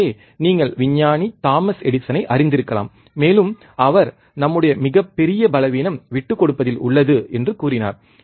எனவே நீங்கள் விஞ்ஞானி தாமஸ் எடிசனை அறிந்திருக்கலாம் மேலும் அவர் நம்முடைய மிகப் பெரிய பலவீனம் விட்டுக் கொடுப்பதில் உள்ளது என்று கூறினார்